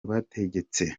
rwategetse